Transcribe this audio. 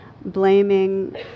blaming